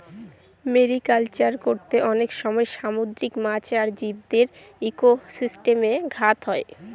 mariculture করতে অনেক সময় সামুদ্রিক মাছ আর জীবদের ইকোসিস্টেমে ঘাত হয়